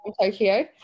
Tokyo